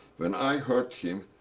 when i heard him,